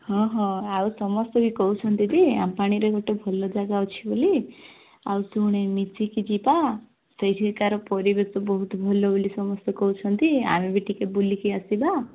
ହଁ ହଁ ଆଉ ସମସ୍ତେ ବି କହୁଛନ୍ତି ଯେ ଆମପାଣିରେ ଗୋଟେ ଭଲ ଜାଗା ଅଛି ବୋଲି ଆଉ ଶୁଣେ ମିଶିକି ଯିବା ସେଠିକାର ପରିବେଶ ବହୁତ ଭଲ ବୋଲି ସମସ୍ତେ କହୁଛନ୍ତି ଆମେ ବି ଟିକେ ବୁଲିକି ଆସିବା